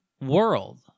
world